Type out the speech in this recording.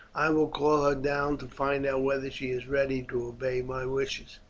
i will call her down to find out whether she is ready to obey my wishes.